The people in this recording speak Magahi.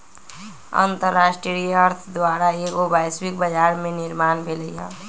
अंतरराष्ट्रीय अर्थ द्वारा एगो वैश्विक बजार के निर्माण भेलइ ह